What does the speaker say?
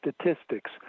Statistics